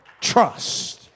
trust